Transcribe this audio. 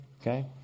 Okay